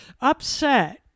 upset